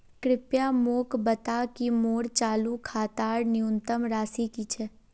कृपया मोक बता कि मोर चालू खातार न्यूनतम राशि की छे